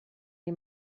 die